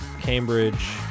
Cambridge